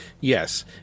yes